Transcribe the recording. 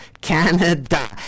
Canada